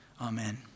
Amen